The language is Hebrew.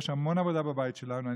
יש המון עבודה בבית שלנו.